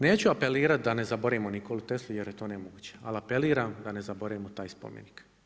Neću apelirati da ne zaboravimo Nikolu Teslu jer je to nemoguće, ali apeliram da ne zaboravimo taj spomenik.